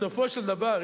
בסופו של דבר,